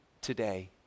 today